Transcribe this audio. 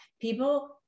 People